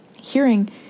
hearing